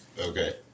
Okay